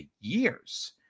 years